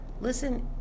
listen